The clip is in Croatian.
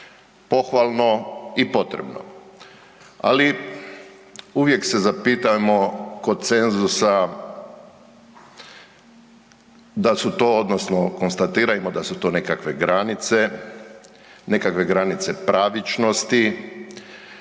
pohvalno i potrebno. Ali uvijek se zapitajmo kod cenzusa da su to odnosno konstatirajmo da su to nekakve granice, nekakve granice pravičnosti